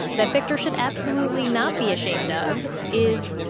that victor should absolutely not be ashamed of. is,